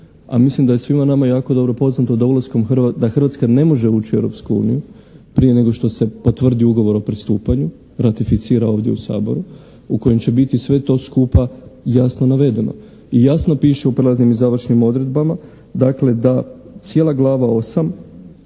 A mislim da je svima nama jako dobro poznato da Hrvatska ne može ući u Europsku uniju prije nego što se potvrdi Ugovor o pristupanju, ratificira ovdje u Saboru, u kojem će biti sve to skupa jasno navedeno. I jasno piše u prijelaznim i završnim odredbama dakle da cijela Glava